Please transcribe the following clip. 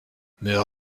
mais